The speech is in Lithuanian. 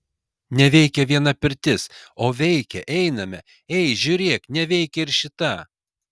neveikia viena pirtis o veikia einame ei žiūrėk neveikia ir šita